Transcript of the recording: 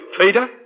Peter